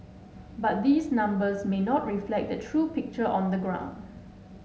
but these numbers may not reflect the true picture on the ground